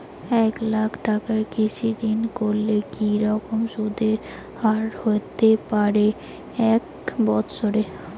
এক লক্ষ টাকার কৃষি ঋণ করলে কি রকম সুদের হারহতে পারে এক বৎসরে?